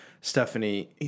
stephanie